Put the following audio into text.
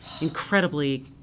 incredibly